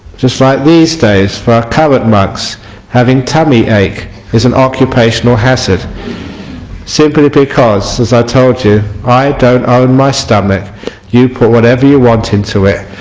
just like these days, for current monks having tummy aches is an occupational hazard simply because as i told you i don't own my stomach you put whatever you want into it,